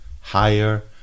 higher